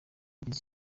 igeze